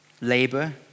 labor